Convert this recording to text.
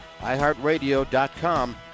iHeartRadio.com